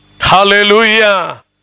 hallelujah